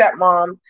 stepmom